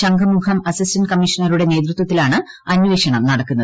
Shankhumukham assistant കമ്മീഷണറുടെ നേതൃത്വത്തിലാണ് അന്വേഷണം നടക്കുന്നത്